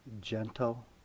gentle